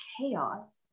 chaos